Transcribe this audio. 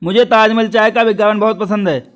मुझे ताजमहल चाय का विज्ञापन बहुत पसंद है